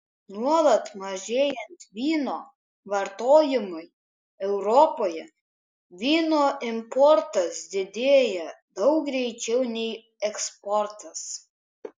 nuolat mažėjant vyno vartojimui europoje vyno importas didėja daug greičiau nei eksportas